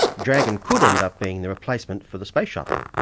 dragon could end up being the replacement for the space shuttle.